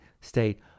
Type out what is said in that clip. state